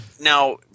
now